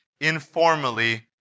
informally